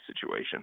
situation